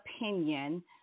opinion